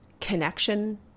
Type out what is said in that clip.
connection